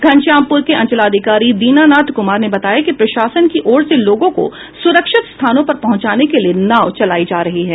घनश्यामपुर के अंचलाधिकारी दीनानाथ कुमार ने बताया है कि प्रशासन की ओर से लोगों को सुरक्षित स्थानों पर पहुंचाने के लिये नाव चलायी जा रही है